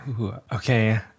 Okay